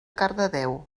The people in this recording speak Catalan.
cardedeu